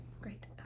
great